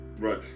Right